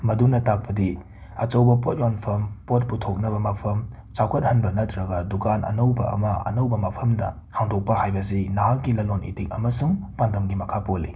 ꯃꯗꯨꯅ ꯇꯥꯛꯄꯗꯤ ꯑꯆꯧꯕ ꯄꯣꯠ ꯌꯣꯟꯐꯝ ꯄꯣꯠ ꯄꯨꯊꯣꯛꯅꯕ ꯃꯐꯝ ꯆꯥꯎꯈꯠꯍꯟꯕ ꯅꯇ꯭ꯔꯒ ꯗꯨꯀꯥꯟ ꯑꯅꯧꯕ ꯑꯃ ꯑꯅꯧꯕ ꯃꯥꯐꯝꯗ ꯍꯥꯡꯗꯣꯛꯄ ꯍꯥꯏꯕꯁꯤ ꯅꯍꯥꯛꯀꯤ ꯂꯂꯣꯟ ꯏꯇꯤꯛ ꯑꯃꯁꯨꯡ ꯄꯥꯟꯗꯝꯒꯤ ꯃꯈꯥ ꯄꯣꯜꯂꯤ